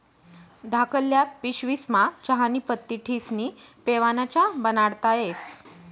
धाकल्ल्या पिशवीस्मा चहानी पत्ती ठिस्नी पेवाना च्या बनाडता येस